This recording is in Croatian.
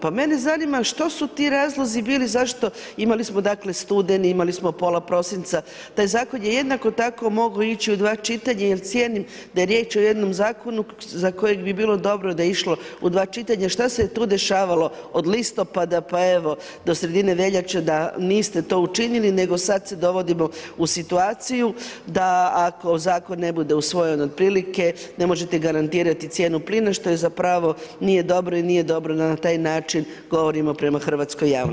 Pa mene zanima što su ti razlozi bili zašto, imali smo dakle studeni, imali smo pola prosinca, taj zakon je jednako tako mogao ići u dva čitanja jer cijenim o jednom zakonu za kojeg bi bilo dobro da je išlo u dva čitanja, šta se je tu dešavalo od listopada pa evo do sredine veljače da niste to učinili nego sad dovodimo u situaciju da ako zakone ne bude usvojen otprilike, ne možete garantirati cijenu plina što zapravo nije dobro i nije dobro na taj način da govorimo prema hrvatskoj javnosti.